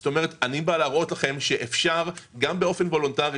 אפשר גם באופן וולונטרי